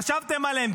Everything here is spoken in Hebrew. חשבתם עליהם?